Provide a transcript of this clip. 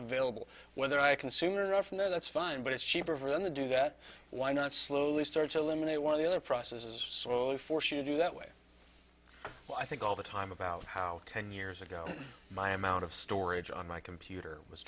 available whether i consume enough no that's fine but it's cheaper for them to do that why not slowly starts eliminate one of the other processes slowly force you to do that way well i think all the time about how ten years ago my amount of storage on my computer was